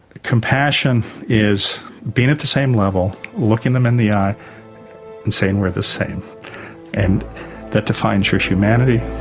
compassion is being at the same level, looking them in the eye and saying we're the same and that defines your humanity